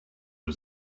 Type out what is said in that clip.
was